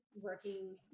working